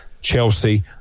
Chelsea